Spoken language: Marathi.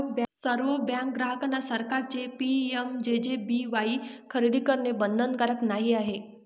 सर्व बँक ग्राहकांना सरकारचे पी.एम.जे.जे.बी.वाई खरेदी करणे बंधनकारक नाही आहे